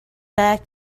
back